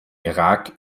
irak